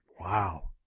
wow